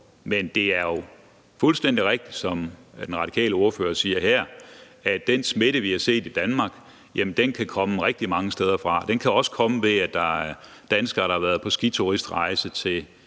Men det er jo fuldstændig rigtigt, som den radikale ordfører siger her, at den smitte, vi har set i Danmark, kan komme rigtig mange steder fra. Den kan også komme ved, at der er danskere, der har været på skituristrejse til